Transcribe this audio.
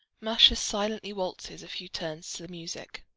masha silently waltzes a few turns to the music.